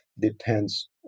depends